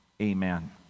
amen